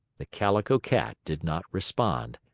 the calico cat did not respond.